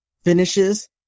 finishes